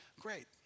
Great